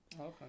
Okay